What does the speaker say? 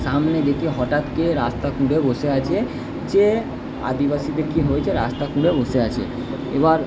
সামনের দিকে হটাতই রাস্তা খুঁড়ে বসে আছে যে আদিবাসীদের কি হয়েছে রাস্তা খুঁড়ে বসে আছে এবার